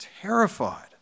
terrified